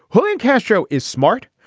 julian castro is smart.